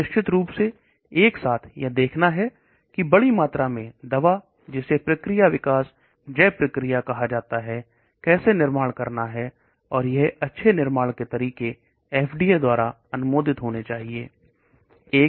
तो निश्चित रूप एक साथ देखना है कि बड़ी मात्रा में दवा जिसे प्रक्रिया विकास कहा जाता है कैसे निर्माण करता है और यह अच्छे निर्माण के तरीके एफडीए के द्वारा अनुमोदित होने चाहिए